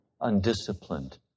undisciplined